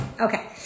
okay